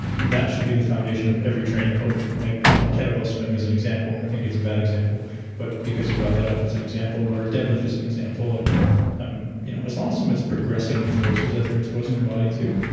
and that should be the foundation of every training program. so like you know a kettlebell swing as an example, i think it's a bad example but because you brought that up, it's an example, or a deadlift is an example. and um you know as long as someone's progressing the forces that they're exposing their body to,